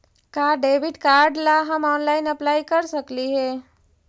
का debit card ला हम ऑनलाइन अप्लाई कर सकली हे?